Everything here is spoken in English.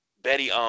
Betty